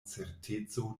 certeco